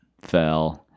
fell